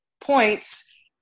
points